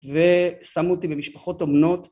ושמו אותי במשפחות אומנות.